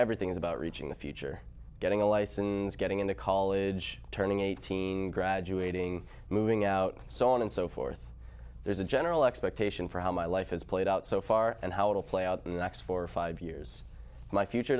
everything is about reaching the future getting a license getting into college turning eighteen graduating moving out so on and so forth there's a general expectation for how my life has played out so far and how it'll play out in the next four or five years my future